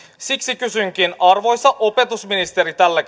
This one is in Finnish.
siksi kysynkin arvoisa opetusministeri tällä